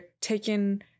taken